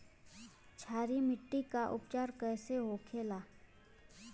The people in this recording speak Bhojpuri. क्षारीय मिट्टी का उपचार कैसे होखे ला?